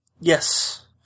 Yes